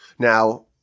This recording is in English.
Now